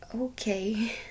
Okay